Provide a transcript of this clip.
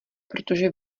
protože